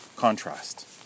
contrast